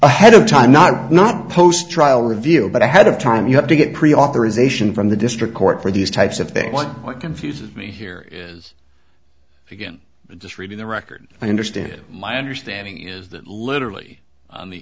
a head of time not not post trial review but ahead of time you have to get pre authorization from the district court for these types of things but what confuses me here is again just reading the record i understand it my understanding is that literally on the